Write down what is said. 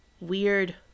weird